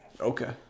Okay